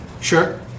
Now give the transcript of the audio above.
Sure